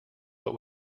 but